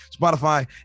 Spotify